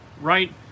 Right